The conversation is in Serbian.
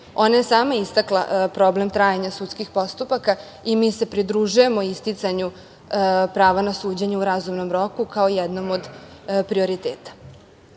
je sama istakla problem trajanja sudskih postupaka i mi se pridružujemo isticanju prava na suđenje u razumnom roku, kao jednom od prioriteta. Ono